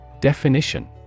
Definition